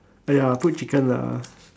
!aiya! put chicken lah